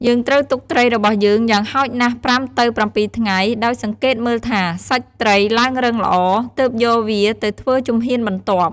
យើងត្រូវទុកត្រីរបស់យើងយ៉ាងហោចណាស់ ៥ទៅ ៧ថ្ងៃ ដោយសង្កេតមើលថា សាច់ត្រីឡើងរឹងល្អ ទើបយកវាទៅធ្វើជំហានបន្ទាប់។